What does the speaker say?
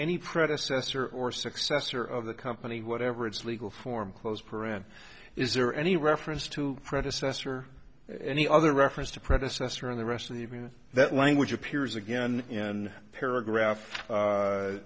any predecessor or successor of the company whatever its legal form close print is there any reference to predecessor any other reference to predecessor in the rest of the agreement that language appears again and paragraph